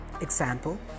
Example